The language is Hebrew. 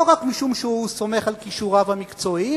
לא רק משום שהוא סומך על כישוריו המקצועיים,